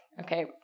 Okay